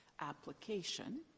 application